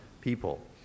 people